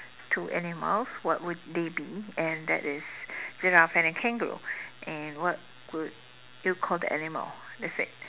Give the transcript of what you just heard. two animals what would they be and that is giraffe and a kangaroo and what would you call the animal that's it